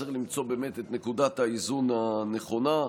צריך למצוא את נקודת האיזון הנכונה.